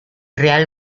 real